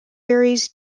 varies